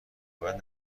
باید